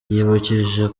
yibukije